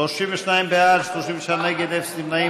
ההסתייגות (8) של קבוצת סיעת המחנה הציוני,